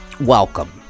welcome